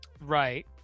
Right